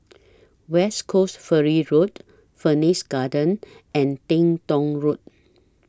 West Coast Ferry Road Phoenix Garden and Teng Tong Road